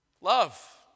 Love